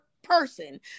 person